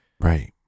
right